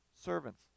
servants